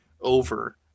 over